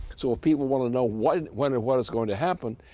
so if people want to know when when and where it's going to happen,